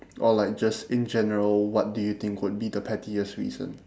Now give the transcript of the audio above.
or like just in general what do you think would be the pettiest reason